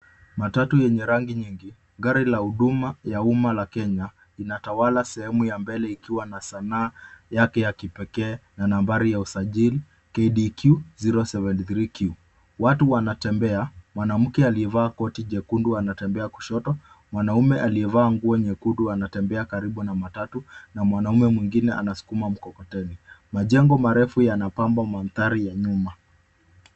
Matatu yenye rangi nyingi, gari la huduma ya umma la Kenya, inatawala sehemu ya mbele ikiwa na sanaa yake ya kipekee na nambari ya usajili KDQ 073 Q. Watu wanatembea: mwanamke aliyevaa koti jekundu anatembea kushoto, mwanaume aliyevaa nguo nyekundu anatembea karibu na matatu, na mwanaume mwengine anasukuma mkokoteni. Majengo marefu yanapamba mandhari ya nyuma.